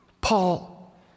Paul